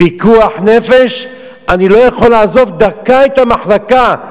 פיקוח נפש, אני לא יכול לעזוב דקה את המחלקה.